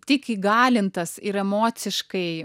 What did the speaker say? tik įgalintas ir emociškai